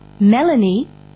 Melanie